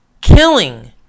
Killing